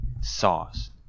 sauce